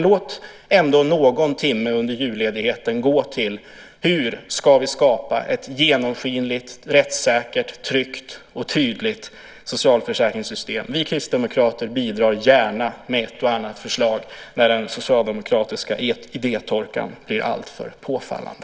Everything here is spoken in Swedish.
Låt ändå någon timme under julledigheten gå till att fundera på: Hur ska vi skapa ett genomskinligt, rättssäkert, tryggt och tydligt socialförsäkringssystem? Vi kristdemokrater bidrar gärna med ett och annat förslag medan den socialdemokratiska idétorkan blir alltmer påfallande.